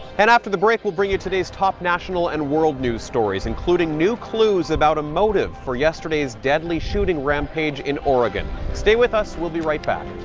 and after the break, we'll bring you today's top national and world news stories, including new clues about a motive for yesterday's deadly shooting rampage in oregon. stay with us, we'll be right back.